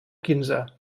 quinze